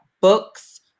books